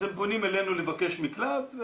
אז הם פונים אלינו לבקש מקלט.